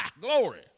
Glory